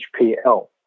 HPL